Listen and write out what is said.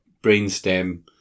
brainstem